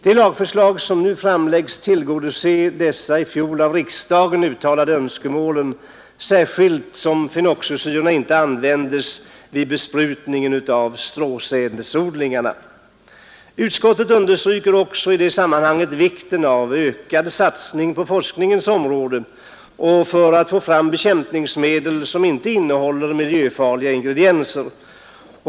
Det lagförslag som nu framläggs tillgodoser dessa i fjol av riksdagen uttalade önskemål, särskilt som fenoxisyrorna inte används vid besprutning av stråsädesodlingarna. Utskottet understryker i det sammanhanget vikten av ökad satsning på forskningens område och för att få fram bekämpningsmedel som inte innehåller miljöfarliga ingredienser.